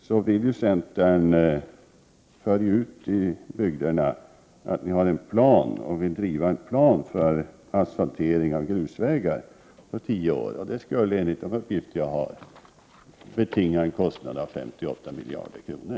Ni i centern säger ute i bygderna att ni har en plan för asfaltering av grusvägar under en tioårsperiod. Men enligt de uppgifter som jag har skulle det betinga en kostnad av 58 miljarder kronor.